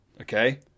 Okay